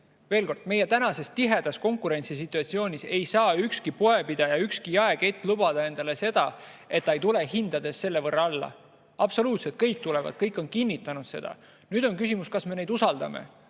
Veel kord: meie tänases tihedas konkurentsisituatsioonis ei saa ükski poepidaja, ükski jaekett lubada endale seda, et ta ei tule hindades selle võrra alla. Absoluutselt kõik tulevad, kõik on kinnitanud seda. Nüüd on küsimus, kas me neid usaldame.